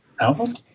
album